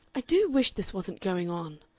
i do wish this wasn't going on,